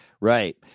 Right